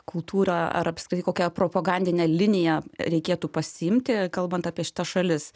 kultūrą ar apskritai kokią propagandinę liniją reikėtų pasiimti kalbant apie šitas šalis